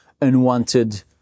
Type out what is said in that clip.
unwanted